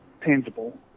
tangible